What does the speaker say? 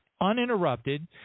uninterrupted